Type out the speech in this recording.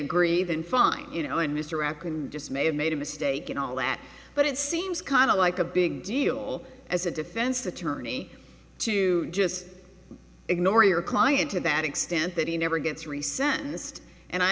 agree then fine you know and mr record just may have made a mistake in all that but it seems kind of like a big deal as a defense attorney to just ignore your client to that extent that he never gets three sentenced and i